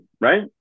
Right